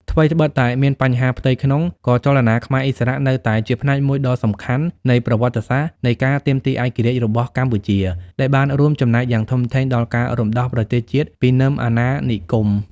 ថ្វីដ្បិតតែមានបញ្ហាផ្ទៃក្នុង ក៏ចលនាខ្មែរឥស្សរៈនៅតែជាផ្នែកមួយដ៏សំខាន់នៃប្រវត្តិសាស្ត្រនៃការទាមទារឯករាជ្យរបស់កម្ពុជា ដែលបានរួមចំណែកយ៉ាងធំធេងដល់ការរំដោះប្រទេសជាតិពីនឹមអាណានិគម។